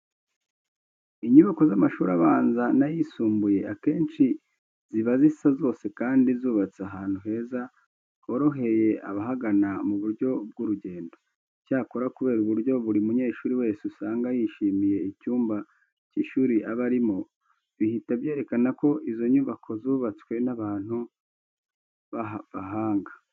Inyubako z'amashuri abanza n'ayisumbuye akenshi ziba zisa zose kandi zubatse ahantu heza horohereza abahagana mu buryo bw'urugendo. Icyakora kubera uburyo buri munyeshuri wese usanga yishimiye icyumba cy'ishuri aba arimo, bihita byerekana ko izo nyubako zubatswe n'abantu b'abahanga.